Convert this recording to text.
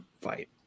fight